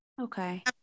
Okay